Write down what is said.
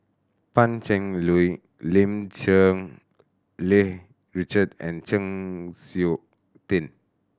Pan Cheng Lui Lim Cherng Yih Richard and Chng Seok Tin